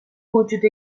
موجود